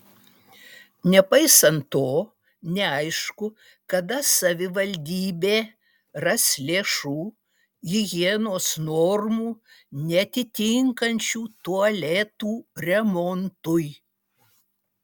nepaisant to neaišku kada savivaldybė ras lėšų higienos normų neatitinkančių tualetų remontui